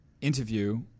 interview